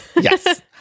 yes